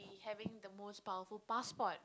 in having the most powerful passport